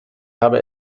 habe